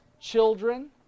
children